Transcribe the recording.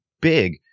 big